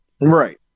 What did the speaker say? Right